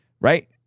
right